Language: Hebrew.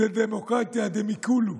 זו דמוקרטיה דמיקולו.